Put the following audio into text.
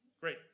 Great